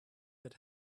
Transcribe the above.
that